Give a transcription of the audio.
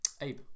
Abe